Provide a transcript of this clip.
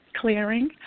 clearing